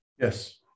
Yes